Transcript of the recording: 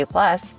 Plus